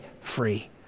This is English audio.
free